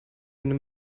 nimm